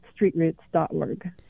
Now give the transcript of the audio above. streetroots.org